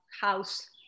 house